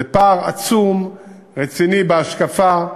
זה פער עצום, רציני בהשקפה,